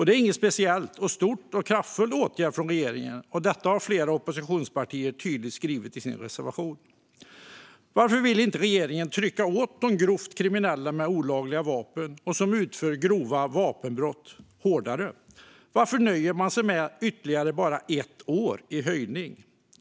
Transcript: Det är ingen stor eller särskilt kraftfull åtgärd från regeringen, och detta har flera oppositionspartier tydligt skrivit i sin reservation. Varför vill inte regeringen trycka åt de grovt kriminella som har olagliga vapen och utför grova vapenbrott hårdare? Varför nöjer man sig med bara ett år i höjning?